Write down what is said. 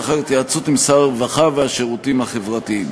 לאחר התייעצות עם שר הרווחה והשירותים החברתיים.